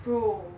pro